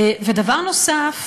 דבר נוסף